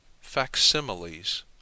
facsimiles